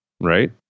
right